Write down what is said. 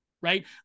right